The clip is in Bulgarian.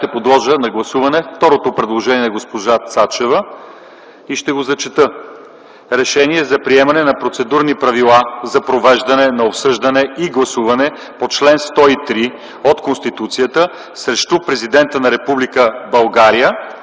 ще подложа на гласуване второто предложение на госпожа Цачева и ще го зачета: „Решение за приемане на процедурни правила за провеждане на обсъждане и гласуване по чл. 103 от Конституцията срещу президента на Република